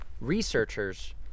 researchers